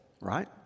right